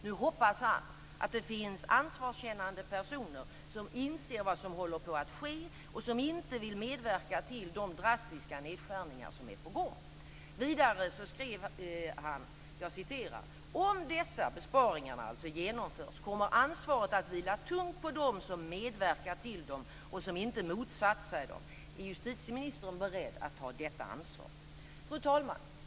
Nu hoppas han att det finns ansvarskännande personer som inser vad som håller på att ske och som inte vill medverka till de drastiska nedskärningar som är på gång. Vidare skriver han: "Om dessa" - dvs. besparingarna - "genomförs, kommer ansvaret att vila tungt på dem som medverkat till dem eller som inte motsatt sig dem." Är justitieministern beredd att ta detta ansvar? Fru talman!